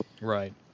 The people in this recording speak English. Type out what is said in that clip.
Right